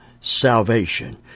salvation